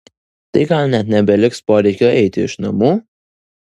tai gal net nebeliks poreikio eiti iš namų